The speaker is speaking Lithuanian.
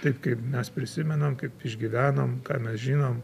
taip kaip mes prisimenam kaip išgyvenom ką mes žinom